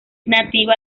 nativa